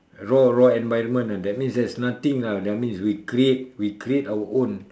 raw raw environment lah that means there's nothing lah that means we create we create our own